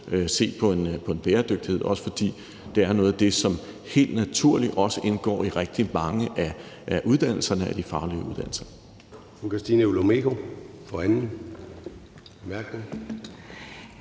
se på en bæredygtighed, også fordi det er noget af det, som helt naturligt også indgår i rigtig mange af uddannelserne og de faglige uddannelser.